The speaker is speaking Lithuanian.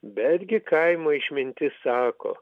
betgi kaimo išmintis sako